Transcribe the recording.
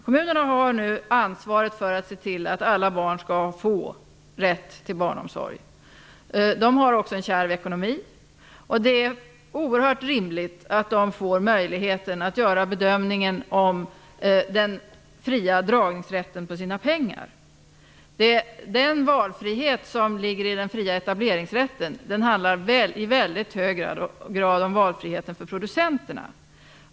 Kommunerna har ansvaret att se till att alla barn skall få rätt till barnomsorg. Kommunerna har också en kärv ekonomi. Det är rimligt att de får möjligheten att göra bedömningen om den fria dragningsrätten när det gäller deras pengar. Den valfrihet som ligger i den fria etableringsrätten handlar i väldigt hög grad om valfriheten för producenterna.